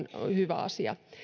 asia